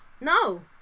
No